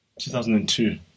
2002